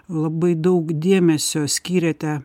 labai daug dėmesio skyrėte